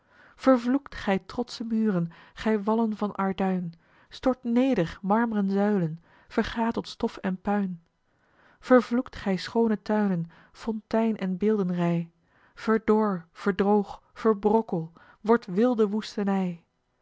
gij trotsche muren gij wallen van arduin stort neder marm'ren zuilen verga tot stof en puin vervloekt gij schoone tuinen fontein en beeldenrij verdor verdroog verbrokkel wordt wilde woestenij